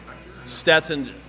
Stetson